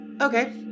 okay